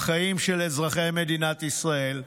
בחיים של אזרחי מדינת ישראל.